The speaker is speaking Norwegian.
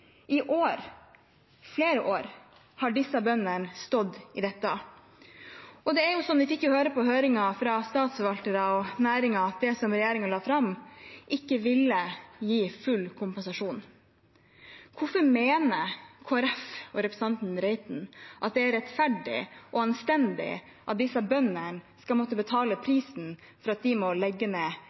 flere år har disse bøndene stått i dette, og vi fikk høre på høringen fra statsforvaltere og næringen at det som regjeringen la fram, ikke ville gi full kompensasjon. Hvorfor mener Kristelig Folkeparti og representanten Reiten at det er rettferdig og anstendig at disse bøndene skal måtte betale prisen for at de må legge ned